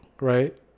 right